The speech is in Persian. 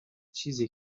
چیزیه